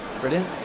brilliant